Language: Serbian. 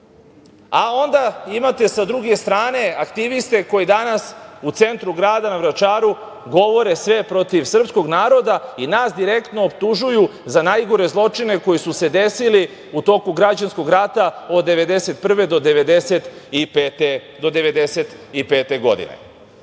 a onda imate sa druge strane aktiviste koji danas u centru grada na Vračaru govore sve protiv srpskog naroda i nas direktno optužuju za najgore zločine koji su se desili u toku građanskog rata od 1991. do 1995. godine. Vi